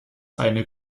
eine